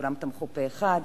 כולם תמכו פה אחד.